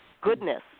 goodness